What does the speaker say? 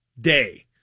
Day